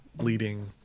leading